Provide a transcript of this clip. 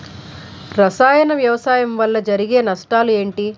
రసాయన వ్యవసాయం వల్ల జరిగే నష్టాలు ఏంటి?